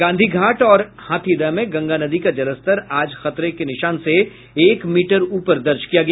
गांधी घाट और हाथीदह में गंगा नदी का जलस्तर आज खतरे के निशान से एक मीटर ऊपर दर्ज किया गया